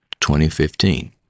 2015